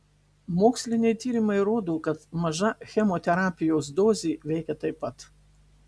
moksliniai tyrimai rodo kad maža chemoterapijos dozė veikia taip pat